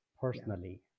personally